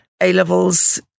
a-levels